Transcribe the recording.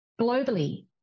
Globally